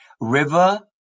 River